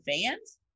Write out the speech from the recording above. fans